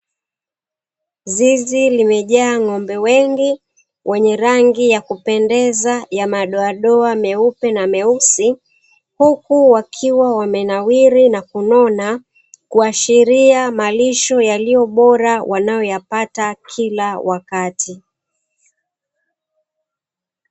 Zizi limejaa ng'ombe wengi wenye rangi ya kupendeza ya madoadoa meupe na meusi, huku wakiwa wamenawiri na kunona kuwashiria malisho yaliyo bora wanayo yapata kila wakati.